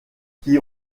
qui